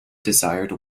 desired